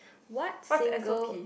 what single